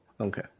Okay